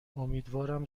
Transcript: امیدوارم